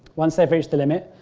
once they have reached the limit,